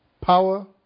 POWER